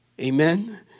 Amen